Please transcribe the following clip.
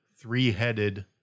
three-headed